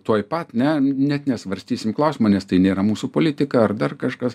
tuoj pat ne net nesvarstysim klausimo nes tai nėra mūsų politika ar dar kažkas